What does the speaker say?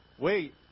Wait